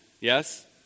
Yes